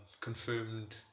confirmed